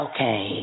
Okay